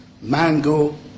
mango